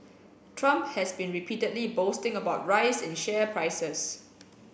trump has been repeatedly boasting about rise in share prices